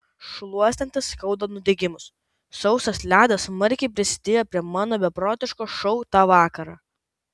šluostantis skauda nudegimus sausas ledas smarkiai prisidėjo prie mano beprotiško šou tą vakarą